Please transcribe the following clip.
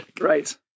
Right